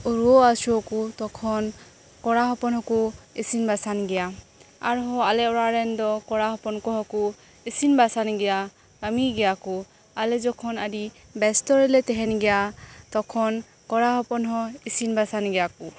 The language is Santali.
ᱨᱩᱣᱟᱹ ᱦᱟᱥᱩ ᱟᱠᱚᱛᱚᱠᱷᱚᱱ ᱠᱚᱲᱟ ᱦᱚᱯᱚᱱ ᱦᱚᱸᱠᱚ ᱤᱥᱤᱱ ᱵᱟᱥᱟᱝ ᱜᱮᱭᱟ ᱟᱨ ᱦᱚᱸ ᱟᱞᱮ ᱚᱲᱟᱜ ᱨᱮᱱ ᱫᱚ ᱠᱚᱲᱟ ᱦᱚᱯᱚᱱ ᱠᱚ ᱦᱚᱸᱠᱚ ᱤᱥᱤᱱ ᱵᱟᱥᱟᱝ ᱜᱮᱭᱟ ᱠᱚ ᱠᱟᱹᱢᱤ ᱜᱮᱭᱟ ᱠᱚ ᱟᱞᱮ ᱡᱚᱠᱷᱚᱱ ᱟᱹᱰᱤ ᱵᱮᱥᱛᱚ ᱨᱮᱞᱮ ᱛᱟᱦᱮᱱ ᱜᱮᱭᱟ ᱛᱚᱠᱷᱚᱱ ᱠᱚᱲᱟ ᱦᱚᱯᱚᱱ ᱦᱚᱸ ᱤᱥᱤᱱ ᱵᱟᱥᱟᱝ ᱜᱮᱭᱟ ᱠᱚ